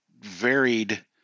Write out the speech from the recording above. varied